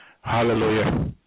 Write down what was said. Hallelujah